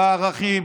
בערכים,